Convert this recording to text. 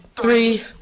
Three